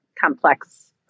complex